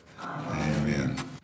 Amen